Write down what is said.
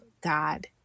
God